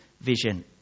vision